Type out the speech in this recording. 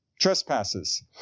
trespasses